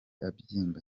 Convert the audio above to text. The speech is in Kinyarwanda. abyimba